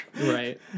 Right